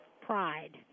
Pride